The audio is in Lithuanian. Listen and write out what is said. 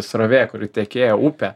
srovė kuri tekėjo upė